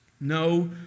No